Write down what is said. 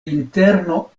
interno